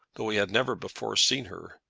though he had never before seen her.